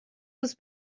was